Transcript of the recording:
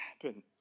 happen